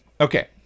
Okay